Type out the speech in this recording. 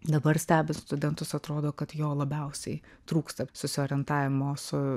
dabar stebint studentus atrodo kad jo labiausiai trūksta susiorientavimo su